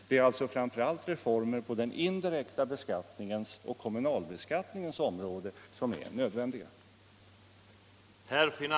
Det är alltså framför allt reformer på den indirekta beskattningens och kommunalskattens område som är nödvändiga.